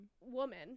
woman